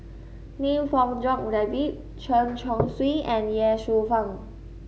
Lim Fong Jock David Chen Chong Swee and Ye Shufang